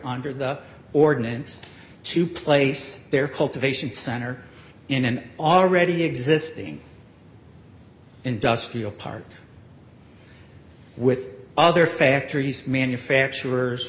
under the ordinance to place their cultivation center in an already existing industrial park with other factories manufacturers